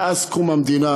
מאז קום המדינה,